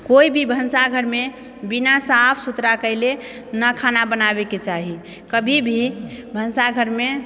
कोइ भी भनसाघरमे बिना साफ सुथरा कएले नहि खाना बनाबेके चाही कभी भी भनसाघरमे